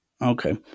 Okay